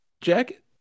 jacket